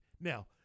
Now